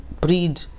breed